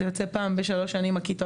זה יוצא פעם בשלוש שנים.